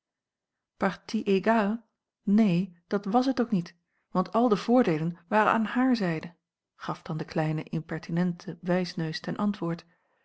égale neen dat wàs het ook niet want al de voordeelen waren aan hare zijde gaf dan de kleine impertinentie wijsneus ten antwoord